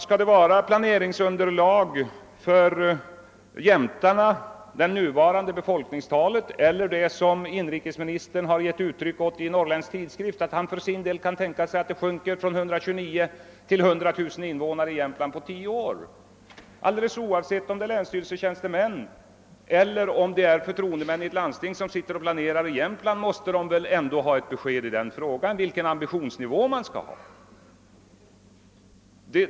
Skall planeringsunderlaget för Jämtland vara dess nuvarande befolkningstal eller det som inrikesministern har antytt i Norrländsk Tidskrift? Han kunde ju tänka sig att Jämtlands invånarantal skulle sjunka från 129000 till 100 000 på tio år. Alldeles oavsett om det är länsstyrelsetjänstemän eller förtroendemän i ett landsting som planerar i Jämtland måste de väl ändå ha ett besked om vilken ambitionsnivå man skall ha.